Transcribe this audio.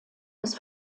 des